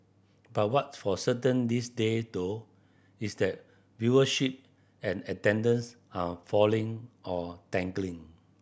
but what's for certain these day though is that viewership and attendance are falling or